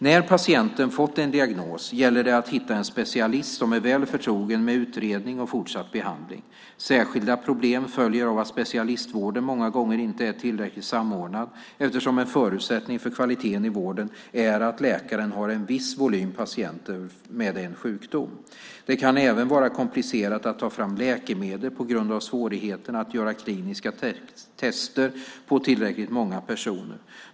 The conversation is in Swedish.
När patienten fått en diagnos gäller det att hitta en specialist som är väl förtrogen med utredning och fortsatt behandling. Särskilda problem följer av att specialistvården många gånger inte är tillräckligt samordnad, eftersom en förutsättning för kvalitet i vården är att läkaren har en viss volym patienter med en sjukdom. Det kan även vara komplicerat att ta fram läkemedel på grund av svårigheterna att göra kliniska tester på tillräckligt många personer.